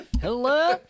Hello